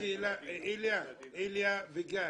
איליה וגיא,